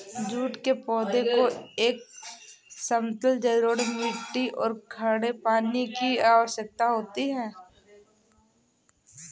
jute के पौधे को एक समतल जलोढ़ मिट्टी और खड़े पानी की आवश्यकता होती है